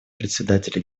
председателя